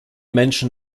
menschen